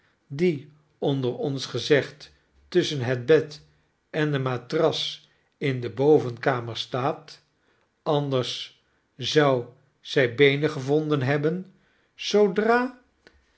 die onder ons gezegd tusschen het bed en de matras in de bovenkamer staat anders zou zy